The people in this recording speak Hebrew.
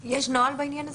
יש נוהל בעניין הזה?